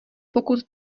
pokud